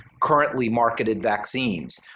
currently marketed vaccines,